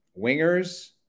wingers